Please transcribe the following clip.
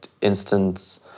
instance